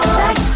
back